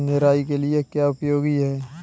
निराई के लिए क्या उपयोगी है?